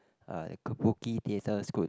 uh kabuki theatres could